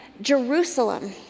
Jerusalem